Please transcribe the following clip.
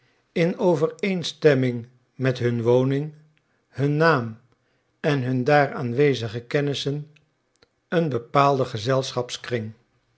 in overeenstemming met hun woning hun naam en hun daar aanwezige kennissen een bepaalde gezelschapskring